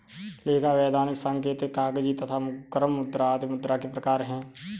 लेखा, वैधानिक, सांकेतिक, कागजी तथा गर्म मुद्रा आदि मुद्रा के प्रकार हैं